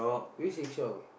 which Sheng-Siong